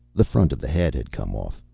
the front of the head had come off.